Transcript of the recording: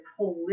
holistic